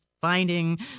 finding